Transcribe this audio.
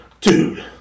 Dude